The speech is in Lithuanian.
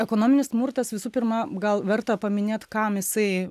ekonominis smurtas visų pirma gal verta paminėt kam jisai